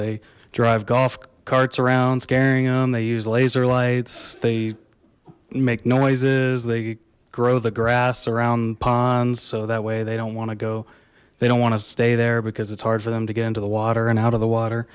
they drive golf carts around scaring them they use laser lights they make noises they grow the grass around ponds so that way they don't want to go they don't want to stay there because it's hard for them to get into the water and out of the water